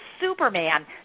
Superman